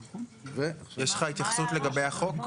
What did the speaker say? יש לך התחייבות לגבי החוק?